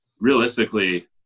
realistically